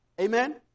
Amen